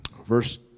verse